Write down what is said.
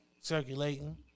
circulating